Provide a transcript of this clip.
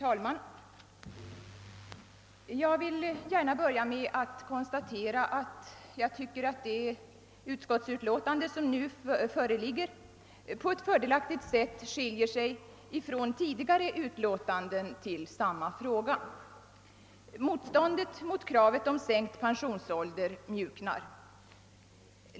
Herr talman! Till att börja med vill jag konstatera att förevarande utskottsutlåtande skiljer sig fördelaktigt från tidigare utlåtanden i samma fråga. Motståndet mot kravet om sänkt pensionsålder mjuknar.